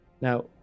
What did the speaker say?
now